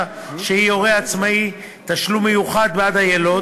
שהיא הורה עצמאי תשלום מיוחד בעד היילוד.